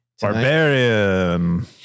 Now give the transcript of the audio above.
barbarian